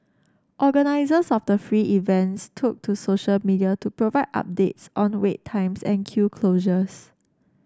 organisers of the free events took to social media to provide updates on wait times and queue closures